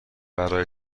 برای